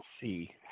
see